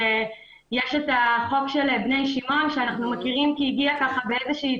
יש את החוק של בני שמעון שאנחנו מכירים כי הוא הגיע בהתייעצות